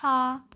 ਹਾਂ